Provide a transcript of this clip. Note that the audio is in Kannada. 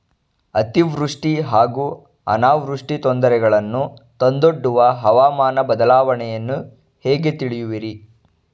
ಅತಿವೃಷ್ಟಿ ಹಾಗೂ ಅನಾವೃಷ್ಟಿ ತೊಂದರೆಗಳನ್ನು ತಂದೊಡ್ಡುವ ಹವಾಮಾನ ಬದಲಾವಣೆಯನ್ನು ಹೇಗೆ ತಿಳಿಯುವಿರಿ?